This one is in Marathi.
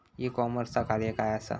ई कॉमर्सचा कार्य काय असा?